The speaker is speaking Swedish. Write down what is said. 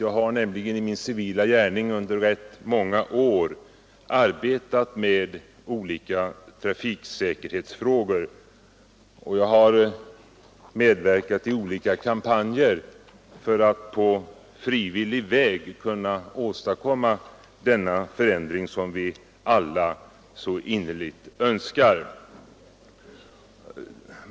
Jag har nämligen i min civila gärning under rätt många år arbetat med olika trafiksäkerhetsfrågor och medverkat i olika kampanjer för att på frivillig väg kunna åstadkomma denna förändring, som vi alla så innerligt önskar.